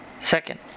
Second